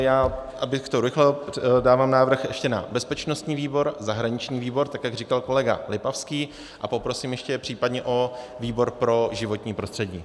Abych to urychlil, dávám návrh ještě na bezpečnostní výbor, zahraniční výbor, tak jak říkal kolega Lipavský, a poprosím ještě případně o výbor pro životní prostředí.